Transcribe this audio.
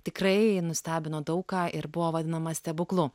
tikrai nustebino daug ką ir buvo vadinama stebuklu